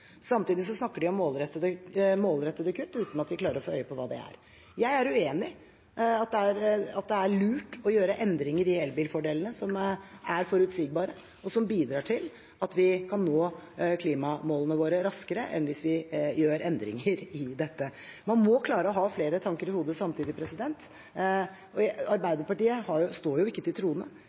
Samtidig snakker de om målrettede kutt uten at vi klarer å få øye på hva det er. Jeg er uenig i at det er lurt å gjøre endringer i elbilfordelene, som er forutsigbare, og som bidrar til at vi kan nå klimamålene våre raskere enn hvis vi gjør endringer i dette. Man må klare å ha flere tanker i hodet samtidig, og Arbeiderpartiet står jo ikke til